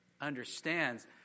understands